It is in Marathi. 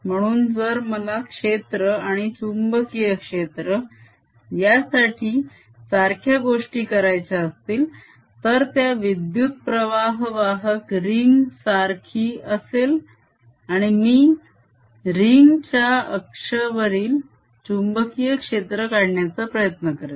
म्हणून जर मला क्षेत्र आणि चुंबकीय क्षेत्र यासाठी सारख्या गोष्टी करायच्या असतील तर त्या विद्युत प्रवाह वाहक रिंग सारखी असेल आणि मी रिंग च्या अक्षवरील चुंबकीय क्षेत्र काढायचा प्रयत्न करेन